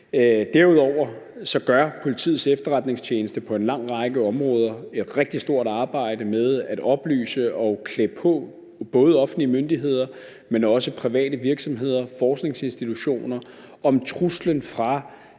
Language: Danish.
Derudover gør Politiets Efterretningstjeneste på en lang række områder et rigtig stort arbejde med at oplyse og klæde både offentlige myndigheder, men også private virksomheder og forskningsinstitutioner på om truslen fra